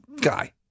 guy